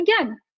again